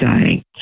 dying